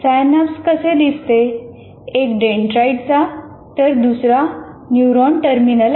synapse असे दिसते एक डेंड्राइटचा तर दुसरा न्यूरॉन टर्मिनल आहे